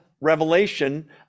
Revelation